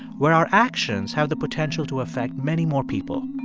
where our actions have the potential to affect many more people.